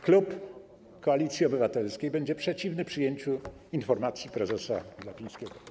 Klub Koalicji Obywatelskiej będzie przeciwny przyjęciu informacji prezesa Glapińskiego.